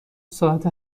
ساعت